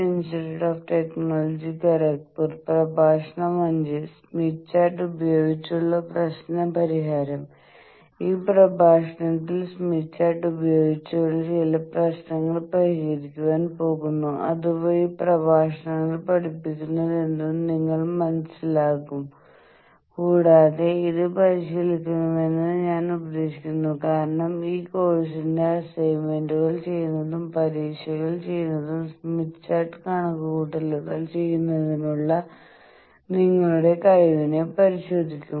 ഈ പ്രഭാഷണത്തിൽ നമ്മൾ സ്മിത്ത് ചാർട്ട് ഉപയോഗിച്ച് ചില പ്രശ്നങ്ങൾ പരിഹരിക്കുവാൻ പോകുന്നു അതുവഴി പ്രഭാഷണങ്ങളിൽ പഠിപ്പിക്കുന്നതെന്തും നിങ്ങൾ മനസ്സിലാക്കും കൂടാതെ ഇത് പരിശീലിക്കണമെന്ന് ഞാൻ ഉപദേശിക്കുന്നു കാരണം ഈ കോഴ്സിന്റെ അസൈൻമെന്റുകൾ ചെയ്യുന്നതും പരീക്ഷകൾ ചെയ്യുന്നതും സ്മിത്ത് ചാർട്ട് കണക്കുകൂട്ടലുകൾ ചെയുന്നതിനുള്ള നിങ്ങളുടെ കഴിവിനെ പരിശോധിക്കും